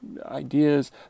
ideas